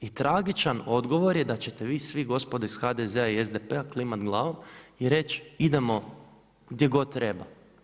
I tragičan odgovor je da ćete vi svi gospodo iz HDZ-a i SDP-a klimat glavom i reć idemo gdje god treba.